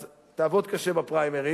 אז תעבוד קשה בפריימריז.